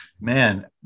man